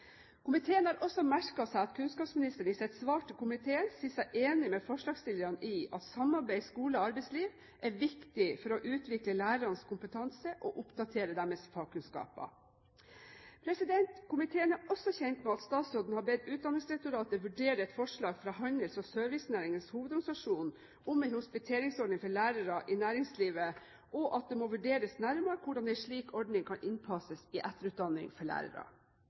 Komiteen har også merket seg at kunnskapsministeren i sitt svar til komiteen sier seg enig med forslagsstillerne i at samarbeid skole–arbeidsliv er viktig for å utvikle lærernes kompetanse og oppdatere deres fagkunnskaper. Komiteen er også kjent med at statsråden har bedt Utdanningsdirektoratet vurdere et forslag fra HSH om en hospiteringsordning for lærere i næringslivet, og at det må vurderes nærmere hvordan en slik ordning kan innpasses i etterutdanning for lærere.